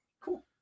cool